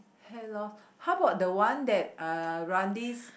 hair loss how about the one that Randy's